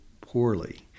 poorly